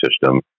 system